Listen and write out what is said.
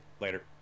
Later